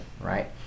right